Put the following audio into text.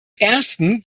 ersten